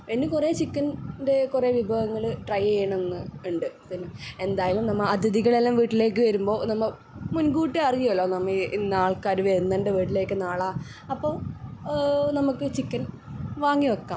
എനിക്ക് കുറെ ചിക്കൻ ൻ്റെ കുറെ വിഭവങ്ങള് ട്രൈ ചെയ്യണം എന്നുണ്ട് പിന്നെ എന്തായാലും നമ്മ അതിഥികളെല്ലാം വീട്ടിലേക്ക് വരുമ്പോൾ നമ്മൾ മുൻകൂട്ടി അറിയുവല്ലോ നമ്മൾ ഇന്നാൾക്കാര് വരുന്നുണ്ട് വീട്ടിലേക്ക് നാളെ അപ്പോൾ നമക്ക് ചിക്കൻ വാങ്ങി വെക്കാം